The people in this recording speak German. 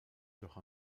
doch